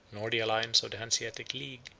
nor the alliance of the hanseatic league,